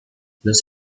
los